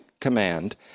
command